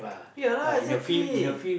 ya exactly